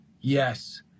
Yes